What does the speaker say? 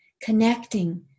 connecting